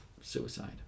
suicide